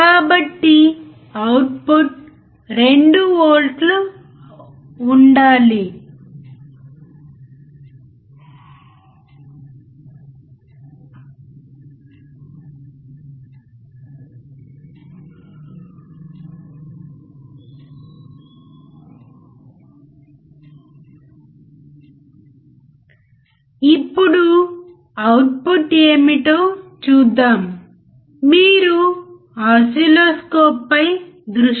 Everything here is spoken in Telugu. కాబట్టి మనము ఇప్పుడు వోల్టేజ్ ఫాలోయర్ సర్క్యూట్ను అర్థం చేసుకుంటున్నాము